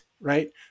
right